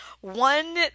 One